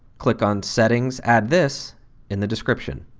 click on settings add this in the description.